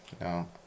no